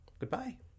Goodbye